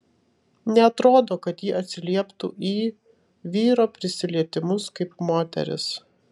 neatrodo kad ji atsilieptų į vyro prisilietimus kaip moteris